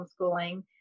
homeschooling